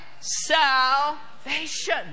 salvation